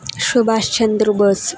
Subhash Chandra Bose